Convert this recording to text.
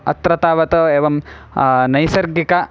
अत्र तावत् एव नैसर्गिकम्